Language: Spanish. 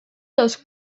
los